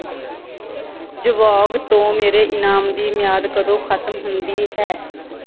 ਜਬੋਂਗ ਤੋਂ ਮੇਰੇ ਇਨਾਮ ਦੀ ਮਿਆਦ ਕਦੋਂ ਖਤਮ ਹੁੰਦੀ ਹੈ